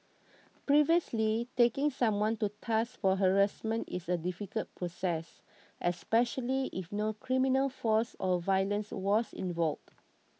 previously taking someone to task for harassment is a difficult process especially if no criminal force or violence was involved